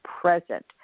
present